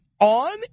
on